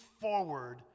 forward